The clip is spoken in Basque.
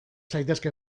zaitezke